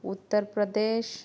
Uttar Pradesh